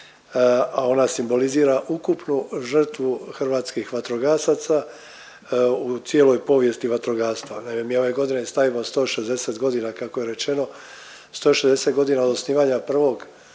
a ona simbolizira ukupnu žrtvu hrvatskih vatrogasaca u cijeloj povijesti vatrogastva. Naime, mi ove godine slavimo 160 godina, kako je rečeno, 160 godina od osnivanja prvog